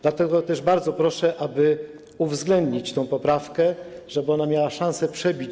Dlatego też bardzo proszę, aby uwzględnić tę poprawkę, żeby ona miała szansę się przebić.